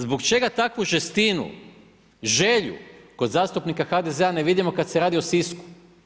Zbog čega takvu žestinu, želju kod zastupnika HDZ-a ne vidimo kad se radi o Sisku?